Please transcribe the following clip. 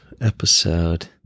episode